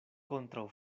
kontraŭ